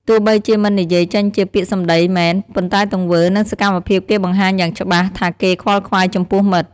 ទោះបីជាមិននិយាយចេញជាពាក្យសម្ដីមែន ប៉ុន្តែទង្វើ និងសកម្មភាពគេបង្ហាញយ៉ាងច្បាស់ថាគេខ្វល់ខ្វាយចំពោះមិត្ត។